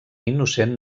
innocent